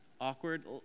awkward